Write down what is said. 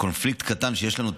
קונפליקט קטן שיש לנו תמיד.